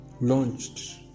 launched